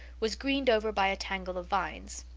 was greened over by a tangle of vines.